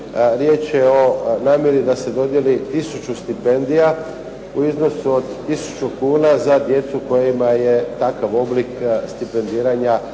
Riječ je o namjeri da se dodijeli tisuću stipendija u iznosu od tisuću kuna za djecu kojima je takav oblik stipendiranja